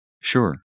sure